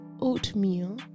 oatmeal